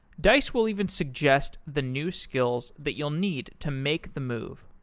dice will even suggest the new skills that you'll need to make the move.